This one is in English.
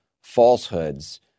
falsehoods